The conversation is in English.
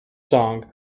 song